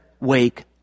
wake